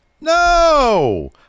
No